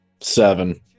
Seven